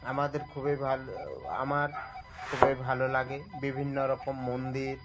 আমাদের খুবই ভালো আমার খুবই ভালো লাগে বিভিন্ন রকম মন্দির